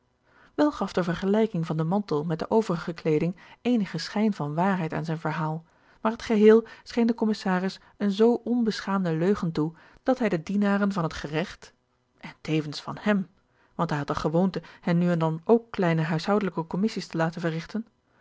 wel gaf de vergelijking van den mantel met de overige kleeding eenigen schijn van waarheid aan zijn verhaal maar het geheel scheen den commissaris eene zoo onbeschaamde leugen toe dat hij den dienaren van het geregt en tevens van hem want hij had de gewoonte hen nu en dan ook kleine huishoudelijke commissies te laten verrigten